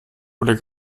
oder